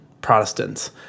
Protestants